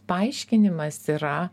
paaiškinimas yra